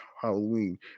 Halloween